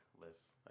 list